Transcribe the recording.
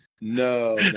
No